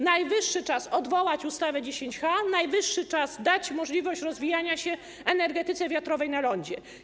Najwyższy czas odwołać ustawę 10H, najwyższy czas dać możliwość rozwijania się energetyce wiatrowej na lądzie.